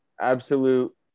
Absolute